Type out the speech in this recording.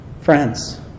Friends